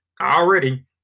already